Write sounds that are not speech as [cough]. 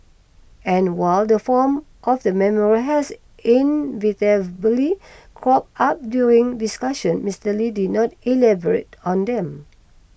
and while the form of the memorial has [unintelligible] cropped up during discussions Mister Lee did not elaborate on them